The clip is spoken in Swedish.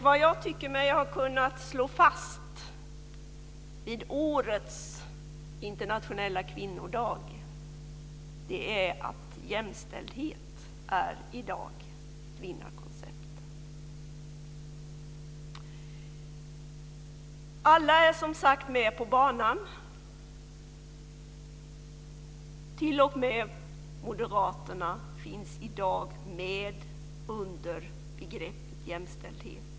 Vad jag tycker mig ha kunnat slå fast vid årets internationella kvinnodag är att jämställdhet i dag är ett vinnarkoncept. Alla är, som sagt, med på banan. T.o.m. moderaterna finns i dag med när det gäller begreppet jämställdhet.